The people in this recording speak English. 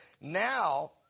now